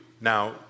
Now